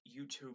YouTube